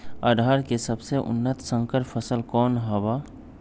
अरहर के सबसे उन्नत संकर फसल कौन हव?